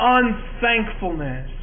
unthankfulness